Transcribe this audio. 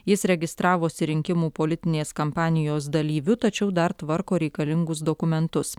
jis registravosi rinkimų politinės kampanijos dalyviu tačiau dar tvarko reikalingus dokumentus